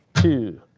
two,